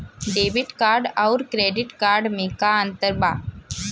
Debit card आउर credit card मे का अंतर बा?